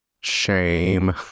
shame